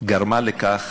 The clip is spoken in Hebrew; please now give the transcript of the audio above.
גרמה לכך